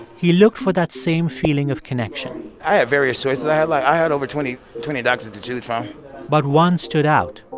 he looked for that same feeling of connection i have various choices. i had, like i had over twenty twenty doctors to choose from but one stood out.